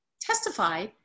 testify